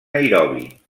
nairobi